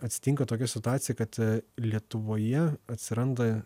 atsitinka tokia situacija kad lietuvoje atsiranda